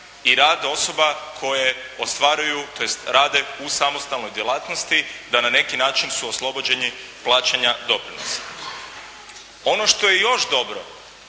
i rad osoba koje ostvaruju, tj. rade u samostalnoj djelatnosti, da na neki način su oslobođeni plaćanja doprinosa. Ono što je još dobro